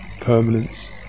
permanence